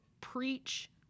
preach